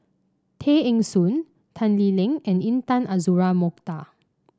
Tay Eng Soon Tan Lee Leng and Intan Azura Mokhtar